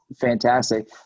fantastic